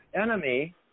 enemy